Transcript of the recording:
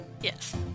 yes